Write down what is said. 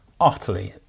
utterly